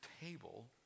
table